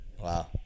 Wow